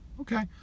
Okay